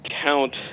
count